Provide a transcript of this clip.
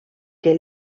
que